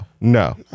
no